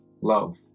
love